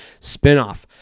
spinoff